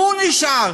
הוא נשאר.